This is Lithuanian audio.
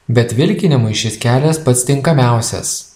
bet vilkinimui šis kelias pats tinkamiausias